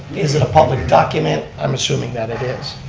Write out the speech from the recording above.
is it a public document, i'm assuming that it is.